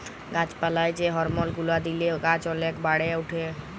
গাছ পালায় যে হরমল গুলা দিলে গাছ ওলেক বাড়ে উঠে